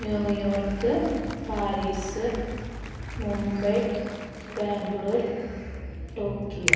New York Paris Mumbai Bangalore Tokyo